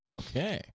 Okay